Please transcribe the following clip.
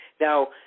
Now